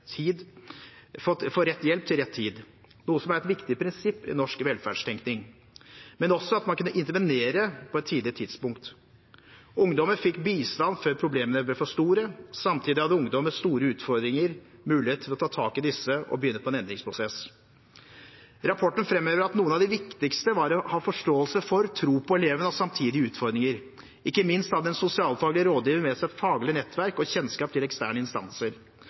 tid, noe som er et viktig prinsipp i norsk velferdstenkning, men også at man kunne intervenere på et tidlig tidspunkt. Ungdommer fikk bistand før problemene ble for store. Samtidig fikk ungdom med store utfordringer mulighet til å ta tak i disse og begynne på en endringsprosess. Rapporten framhever at noe av det viktigste var å ha forståelse for og tro på eleven og samtidig gi utfordringer. Ikke minst hadde den sosialfaglige rådgiveren med seg et faglig nettverk og kjennskap til eksterne